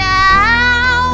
now